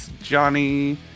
Johnny